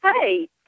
Hey